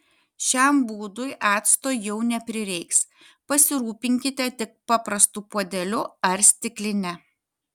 šiam būdui acto jau neprireiks pasirūpinkite tik paprastu puodeliu ar stikline